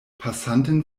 passanten